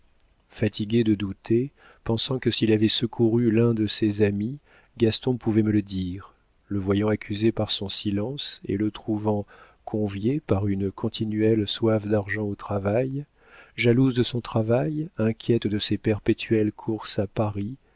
fatiguée de douter pensant que s'il avait secouru l'un de ses amis gaston pouvait me le dire le voyant accusé par son silence et le trouvant convié par une continuelle soif d'argent au travail jalouse de son travail inquiète de ses perpétuelles courses à paris